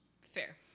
fair